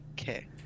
Okay